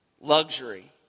luxury